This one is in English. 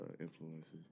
influences